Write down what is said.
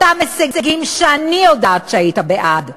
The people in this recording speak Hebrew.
אותם הישגים שאני יודעת שהיית בעדם: